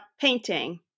painting